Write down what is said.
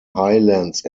highlands